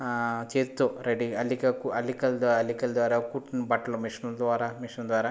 ఆ చేత్తో రెడ్డి అల్లికకు అల్లికల ద్వారా అల్లికల ద్వారా కుట్టిన బట్టలు మెషిన్ ద్వారా మెషిన్ ద్వారా